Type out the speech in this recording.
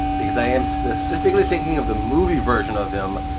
because i am specifically thinking of the movie version of him,